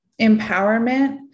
Empowerment